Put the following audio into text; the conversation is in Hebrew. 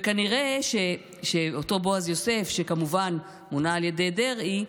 וכנראה שאותו בועז יוסף, שכמובן מונה על ידי דרעי,